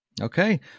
Okay